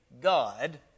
God